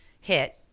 hit